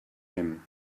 him